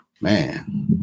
man